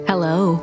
Hello